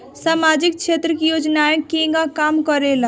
सामाजिक क्षेत्र की योजनाएं केगा काम करेले?